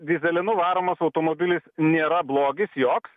dyzelinu varomas automobilis nėra blogis joks